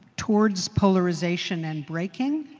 towards polarization and breaking?